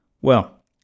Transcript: Well